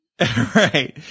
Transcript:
Right